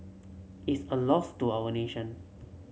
it's a loss to our nation